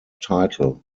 title